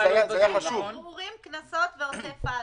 בירורים, קנסות ועוטף עזה.